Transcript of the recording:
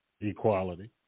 equality